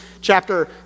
chapter